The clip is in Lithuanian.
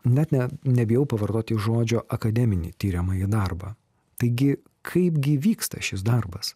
net ne nebijau pavartoti žodžio akademinį tiriamąjį darbą taigi kaipgi vyksta šis darbas